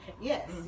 Yes